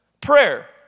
Prayer